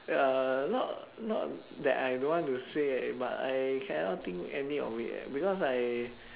uh not not that I don't want to say but I cannot think any of it because I